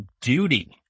duty